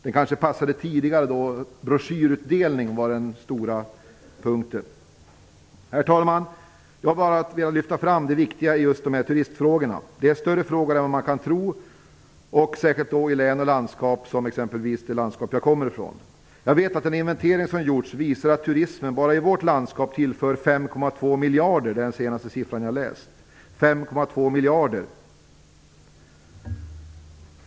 Den kanske passade tidigare, då broschyrutdelning var den stora punkten. Herr talman! Jag har bara velat lyfta fram det viktiga i just turistfrågorna. Det är större frågor än vad man kan tro, särskilt i län och landskap som exempelvis det landskap som jag kommer från. Jag vet att den inventering som gjorts visar att turismen bara i vårt landskap tillför 5,2 miljarder. Det är den senaste siffran jag har sett.